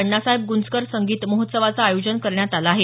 अण्णासाहेब गुंजकर संगीत महोत्सवाचं आयोजन करण्यात आलं आहे